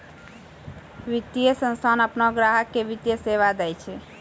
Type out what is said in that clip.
वित्तीय संस्थान आपनो ग्राहक के वित्तीय सेवा दैय छै